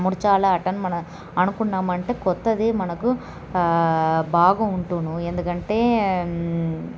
ముడుచాలా ఆటన్ మన అనుకున్నామంటే కొత్తది మనకు బాగా ఉంటున్ను ఎందుకంటే